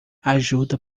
ajuda